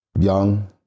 Young